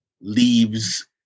leaves